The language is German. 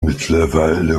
mittlerweile